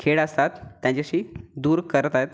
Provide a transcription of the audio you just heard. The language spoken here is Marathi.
खेळ असतात त्यांच्याशी दूर करत आहेत